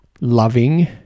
loving